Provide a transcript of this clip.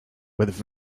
with